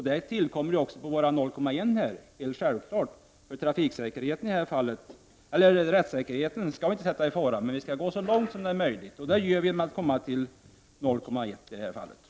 Detta säkerhetsavdrag skall naturligtvis också gälla vid en promillegräns på 0,1. Vi får inte sätta rättssäkerheten i fara, men vi skall försöka få ett så lågt säkerhetsavdrag som möjligt. Det gör vi genom att sätta promillegränsen vid 0,1.